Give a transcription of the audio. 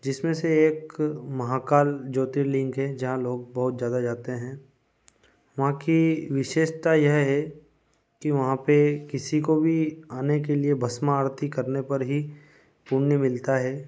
जिसमें से एक महाकाल ज्योतिर्लिंग है जहाँ लोग बहुत जादा जाते हैं वहाँ की विशेषता यह है कि वहाँ पर किसी को भी आने के लिए भस्म आरती करने पर ही पुण्य मिलता है